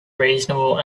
reasonable